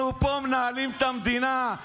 אנחנו פה מנהלים את המדינה,